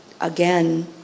again